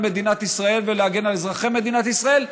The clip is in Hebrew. מדינת ישראל ולהגן על אזרחי מדינת ישראל,